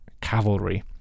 cavalry